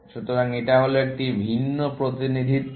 সুতরাং এটা হলো একটি ভিন্ন প্রতিনিধিত্ব